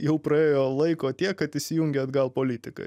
jau praėjo laiko tiek kad įsijungia atgal politika